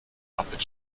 muppet